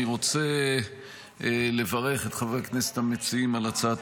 אני רוצה לברך את חברי הכנסת המציעים על הצעת